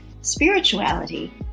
spirituality